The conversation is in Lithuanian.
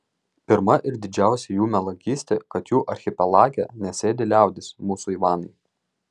pirma ir didžiausia jų melagystė kad jų archipelage nesėdi liaudis mūsų ivanai